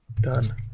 Done